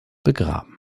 begraben